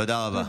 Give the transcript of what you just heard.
תודה רבה.